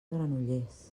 granollers